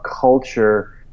culture